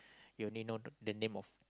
you only know the the name of